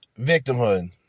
victimhood